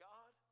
God